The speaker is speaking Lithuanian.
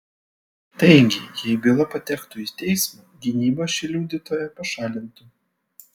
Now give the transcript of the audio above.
taigi jei byla patektų į teismą gynyba šį liudytoją pašalintų